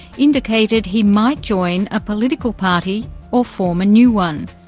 indicated he might join a political party or form a new one.